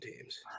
teams